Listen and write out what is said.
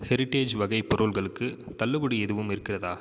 heritage வகை பொருள்களுக்கு தள்ளுபடி எதுவும் இருக்கிறதா